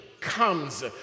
comes